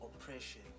oppression